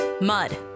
Mud